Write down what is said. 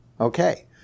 okay